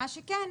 מה שכן,